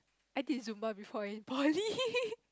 I did Zumba before in poly